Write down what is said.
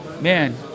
man